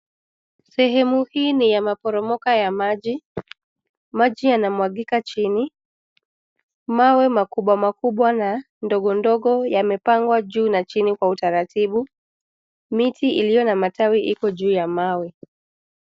Sehemu hii ni ya maporomoka ya maji. Maji yanamwagika chini. Mawe makubwa makubwa na ndogo ndogo yamepangwa juu na chini kwa utaratibu. Miti iliyo na matawi iko juu ya mawe.